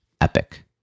epic